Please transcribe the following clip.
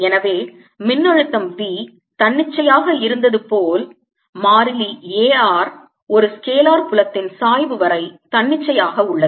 எனவே மின்னழுத்தம் V தன்னிச்சையாக இருந்தது போல் நேரம் பார்க்கவும் 0455 மாறிலி A r ஒரு ஸ்கேலார் புலத்தின் சாய்வு வரை தன்னிச்சையான உள்ளது